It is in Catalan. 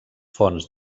fonts